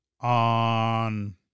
on